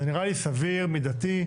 זה נראה לי סביר, מידתי.